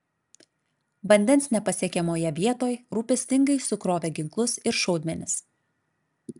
vandens nepasiekiamoje vietoj rūpestingai sukrovė ginklus ir šaudmenis